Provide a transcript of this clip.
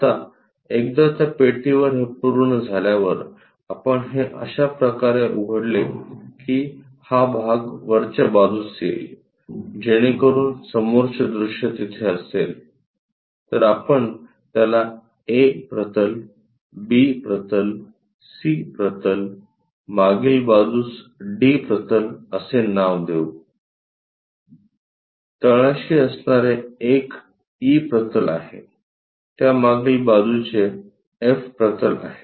आताएकदा त्या पेटीवर हे पूर्ण झाल्यावर आपण हे अशा प्रकारे उघडले की हा भाग वरच्या बाजूस येईल जेणेकरून समोरचे दृश्य तिथे असेल तर आपण त्याला ऐ प्रतल बी प्रतल सी प्रतल मागील बाजूस डी प्रतल असे नाव देऊ तळाशी असणारे एक ई प्रतल आहे त्यामागील बाजूचे एफ प्रतल आहे